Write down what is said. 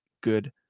good